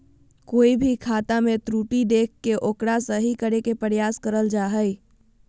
कोय भी खाता मे त्रुटि देख के ओकरा सही करे के प्रयास करल जा हय